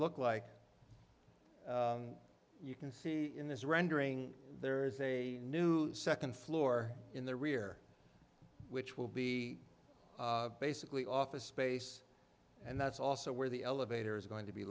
look like you can see in this rendering there is a new second floor in the rear which will be basically office space and that's also where the elevators are going to be